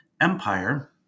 Empire